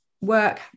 work